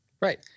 Right